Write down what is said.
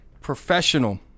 Professional